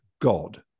God